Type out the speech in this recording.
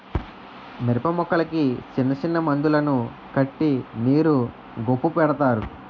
మిరపమొక్కలకి సిన్నసిన్న మందులను కట్టి నీరు గొప్పు పెడతారు